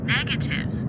Negative